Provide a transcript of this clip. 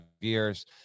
years